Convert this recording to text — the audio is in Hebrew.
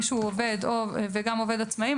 מי שהוא עובד וגם עובד עצמאי,